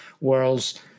world's